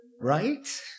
right